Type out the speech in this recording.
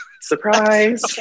surprise